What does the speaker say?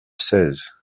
seize